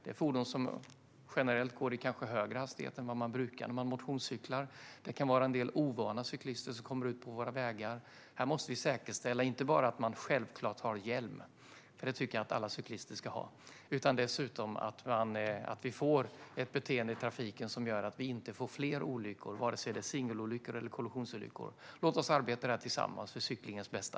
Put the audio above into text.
Det här är fordon som generellt kanske går i högre hastighet än vad som är brukligt när man motionscyklar. Det kan också vara en del ovana cyklister som kommer ut på våra vägar. Här måste vi säkerställa inte bara att man har hjälm - för det är självklart något som alla cyklister ska ha - utan också att vi får ett beteende i trafiken som gör att vi inte får fler olyckor, vare sig det är singelolyckor eller kollissionsolyckor. Låt oss arbeta med detta tillsammans för cyklingens bästa!